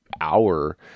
hour